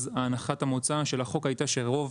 הנחת המוצא של החוק דאז הייתה שרוב